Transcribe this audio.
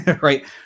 right